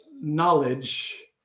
Knowledge